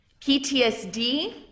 PTSD